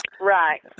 Right